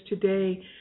today